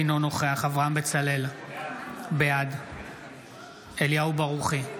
אינו נוכח אברהם בצלאל, בעד אליהו ברוכי,